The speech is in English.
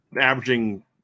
averaging